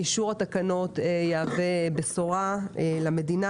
אישור התקנות יהווה בשורה למדינה.